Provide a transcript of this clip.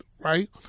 right